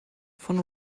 von